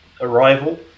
arrival